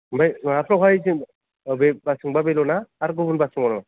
ओमफ्राय माबाफ्रावहाय बे बासजोंब्ला बेल'ना ना गुबुन बास दंबावो नामा